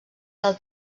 del